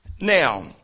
Now